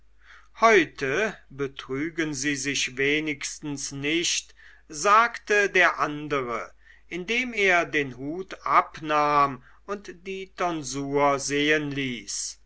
heute betrügen sie sich wenigstens nicht sagte der andere indem er den hut abnahm und die tonsur sehen ließ